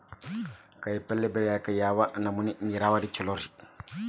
ಕಾಯಿಪಲ್ಯ ಬೆಳಿಯಾಕ ಯಾವ ನಮೂನಿ ನೇರಾವರಿ ಛಲೋ ರಿ?